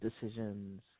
decisions